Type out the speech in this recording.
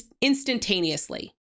instantaneously